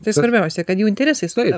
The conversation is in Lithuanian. tai svarbiausia kad jų interesai sueina